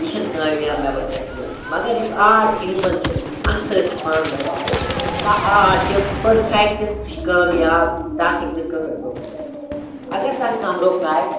یہِ چھِنہٕ کامیاب مےٚ باسان کینٛہہ مگر یُس آرٹ ہیوٗمَن چھِ اَتھ سۭتۍ چھِ پانہٕ بَناوان سُہ آرٹ چھِ پٔرفیٚکٹ سُہ چھِ کامیاب تَتھ ہیٚکہِ نہٕ کٕہٕنۍ رُکنٲیِتھ اگر تَتھ کانٛہہ رُکنایہِ